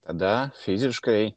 tada fiziškai